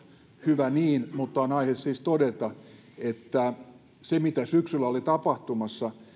hyvä niin mutta on siis aihetta todeta että se mitä syksyllä oli tapahtumassa